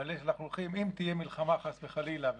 אבל אם תהיה מלחמה חס וחלילה,